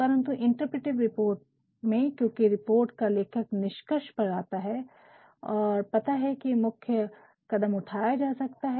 परन्तु interpretive report में क्योकि रिपोर्ट का लेखक निष्कर्ष पर आता है और पता है की मुख्य कदम उठाया जा सकता है